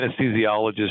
anesthesiologist